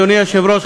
אדוני היושב-ראש,